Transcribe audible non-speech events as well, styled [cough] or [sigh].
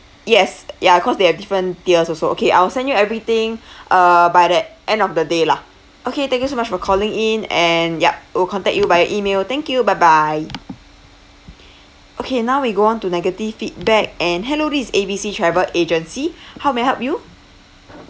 yes ya cause they have different tiers also okay I'll send you everything [breath] err by that end of the day lah okay thank you so much for calling in and yup we'll contact you via email thank you bye bye okay now we go on to negative feedback and hello this is A B C travel agency [breath] how may I help you